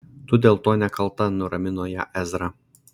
tu dėl to nekalta nuramino ją ezra